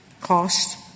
cost